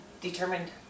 determined